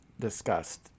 discussed